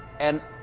and